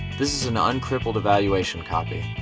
this is an ah uncrippled evaluation copy.